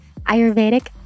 Ayurvedic